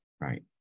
Right